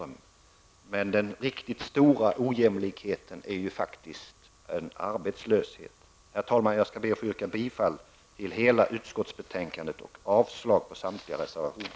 Men den riktigt stora ojämlikheten är faktiskt arbetslösheten. Herr talman! Jag skall be att få yrka bifall till utskottets hemställan i dess helhet och avslag på samtliga reservationer.